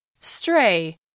Stray